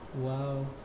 Wow